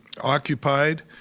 occupied